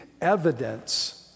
evidence